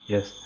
Yes